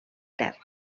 terra